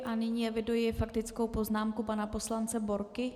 A nyní eviduji faktickou poznámku pana poslance Borky?